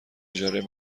اجاره